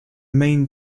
main